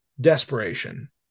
desperation